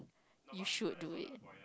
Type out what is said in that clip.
you should do it